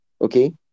okay